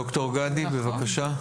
ד"ר גדי, בבקשה.